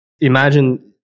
imagine